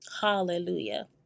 hallelujah